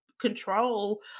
control